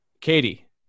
katie